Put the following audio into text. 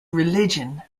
religion